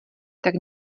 tak